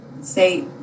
say